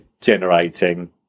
generating